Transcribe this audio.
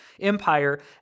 empire